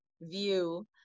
view